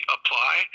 Apply